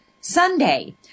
sunday